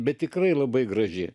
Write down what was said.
bet tikrai labai graži